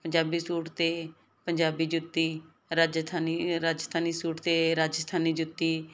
Punjabi suit 'ਤੇ ਪੰਜਾਬੀ ਜੁੱਤੀ ਰਾਜਥਾਨੀ ਰਾਜਸਥਾਨੀ ਸੂਟ 'ਤੇ ਰਾਜਸਥਾਨੀ ਜੁੱਤੀ